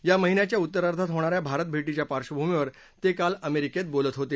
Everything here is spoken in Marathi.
या महिन्याच्या उत्तरार्धात होणाऱ्या भारत भेटीच्या पार्श्वभूमीवर ते काल अमेरिकेत बोलत होते